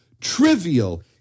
trivial